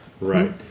Right